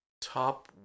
top